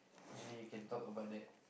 and then you can talk about that